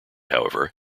however